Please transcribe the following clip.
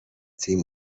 تیم